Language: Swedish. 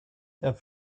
jag